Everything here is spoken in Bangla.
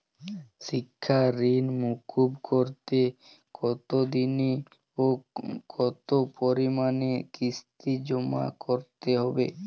শিক্ষার ঋণ মুকুব করতে কতোদিনে ও কতো পরিমাণে কিস্তি জমা করতে হবে?